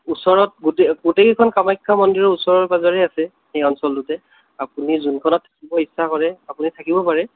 ওচৰত গোটে গোটেকেইখন কামাখ্যা মন্দিৰৰ ওচৰে পাঁজৰেই আছে সেই অঞ্চলটোতে আপুনি যোনখনত থাকিব ইচ্ছা কৰে আপুনি থাকিব পাৰে